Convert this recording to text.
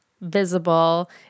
visible